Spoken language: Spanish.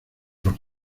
los